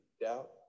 doubt